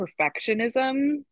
perfectionism